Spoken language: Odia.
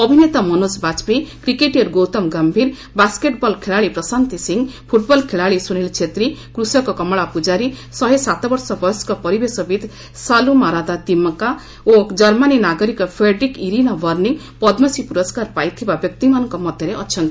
ଅଭିନେତା ମନୋଜ ବାଜପେୟୀ କ୍ରିକେଟିୟର୍ ଗୌତମ ଗାୟୀର ବାସ୍କେଟ୍ବଲ୍ ଖେଳାଳି ପ୍ରଶାନ୍ତି ସିଂ ଫୁଟ୍ବଲ୍ ଖେଳାଳି ସୁନିଲ୍ ଛେତ୍ରି କୃଷକ କମଳା ପୂଜାରୀ ଶହେ ସାତବର୍ଷ ବୟସ୍କ ପରିବେଶବିତ୍ ସାଲ୍ରମାରାଦା ତିମାକା ଓ ଜର୍ମାନୀ ନାଗରିକ ଫେଡେରିକେ ଇରିନା ବର୍ଷ୍ଣିଂ ପଦ୍କଶ୍ରୀ ପୁରସ୍କାର ପାଇଥିବା ବ୍ୟକ୍ତିମାନଙ୍କ ମଧ୍ୟରେ ଅଛନ୍ତି